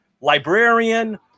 librarian